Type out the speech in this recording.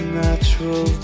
natural